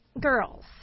girls